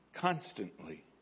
constantly